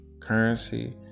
Currency